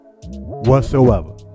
whatsoever